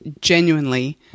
genuinely